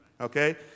okay